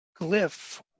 glyph